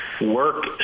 work